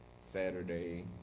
Saturday